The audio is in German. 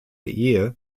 ehe